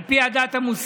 על פי הדת המוסלמית,